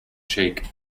cheek